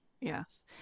Yes